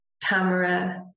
Tamara